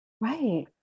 Right